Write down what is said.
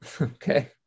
Okay